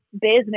business